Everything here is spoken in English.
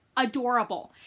adorable.